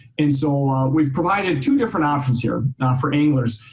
and so we've provided two different options here for anglers.